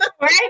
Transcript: Right